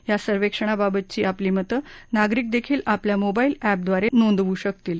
या सर्वेक्षणाबाबतची आपली मतं नागरिक देखील आपल्या मोबाईल अॅपद्वारे नोंदवू शकतील